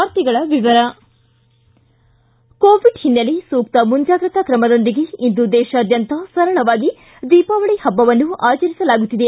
ವಾರ್ತೆಗಳ ವಿವರ ಕೋವಿಡ್ ಹಿನ್ನೆಲೆ ಸೂಕ್ತ ಮುಂಜಾಗ್ರತಾ ಕ್ರಮದೊಂದಿಗೆ ಇಂದು ದೇಶಾದ್ಯಂತ ಸರಳವಾಗಿ ದೀಪಾವಳಿ ಹಬ್ಬವನ್ನು ಆಚರಿಸಲಾಗುತ್ತಿದೆ